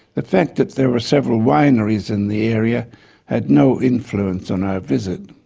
the fact that there were several wineries in the area had no influence on our visit.